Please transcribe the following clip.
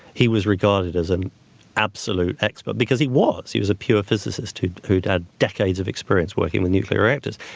he was regarded as an absolute expert because he was, he was a pure physicist who'd who'd had decades of experience working with nuclear reactors.